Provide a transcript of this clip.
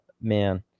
Man